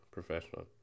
Professional